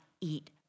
eat